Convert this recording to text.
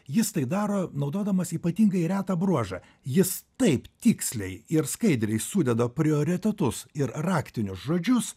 jis tai daro naudodamas ypatingai retą bruožą jis taip tiksliai ir skaidriai sudeda prioritetus ir raktinius žodžius